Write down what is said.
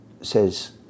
says